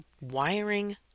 wiring